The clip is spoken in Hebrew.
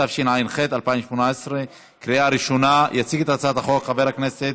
התשע"ח 2018. יציג את הצעת החוק חבר הכנסת